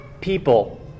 people